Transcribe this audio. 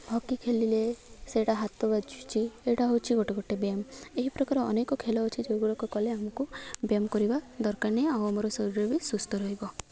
hockey ଖେଳିଲେ ସେଇଟା ହାତ ବାଜୁଛି ଏଇଟା ହେଉଛି ଗୋଟେ ଗୋଟେ ବ୍ୟାୟାମ ଏହି ପ୍ରକାର ଅନେକ ଖେଳ ଅଛି ଯେଉଁଗୁଡ଼ିକ କଲେ ଆମକୁ ବ୍ୟାୟାମ କରିବା ଦରକାର ନାହିଁ ଆଉ ଆମର ଶରୀରରେ ବି ସୁସ୍ଥ ରହିବ